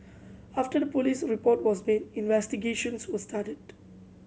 after the police report was made investigations were started